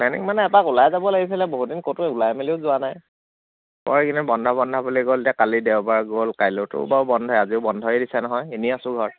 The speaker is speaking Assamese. প্লেনিং মানে এপাক ওলাই যাব লাগিছিলে বহুত দিন ক'তো ওলাই মেলিও যোৱা নাই বৰ এইকেইদিন বন্ধ বন্ধ বুলি গ'ল এতিয়া কালি দেওবাৰ গ'ল কাইলৈওতো বাৰু বন্ধই আজিও বন্ধই দিছে নহয় এনেই আছোঁ ঘৰত